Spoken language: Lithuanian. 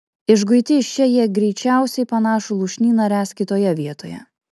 išguiti iš čia jie greičiausiai panašų lūšnyną ręs kitoje vietoje